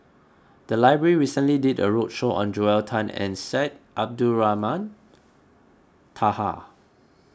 the library recently did a roadshow on Joel Tan and Syed Abdulrahman Taha